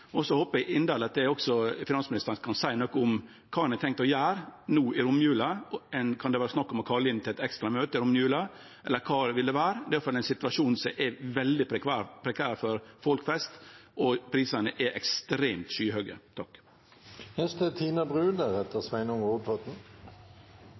Og så håpar eg inderleg at finansministeren kan seie noko om kva han har tenkt å gjere no i romjula. Kan det vere snakk om å kalle inn til eit ekstra møte i romjula – eller kva det måtte vere? Det er i alle fall ein situasjon som er veldig prekær for folk flest, og prisane er ekstremt skyhøge.